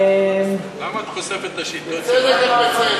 למה את חושפת את השיטות שלה?